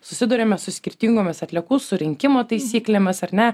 susiduriame su skirtingomis atliekų surinkimo taisyklėmis ar ne